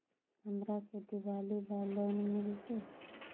हमरा के दिवाली ला लोन मिलते?